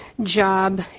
job